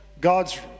God's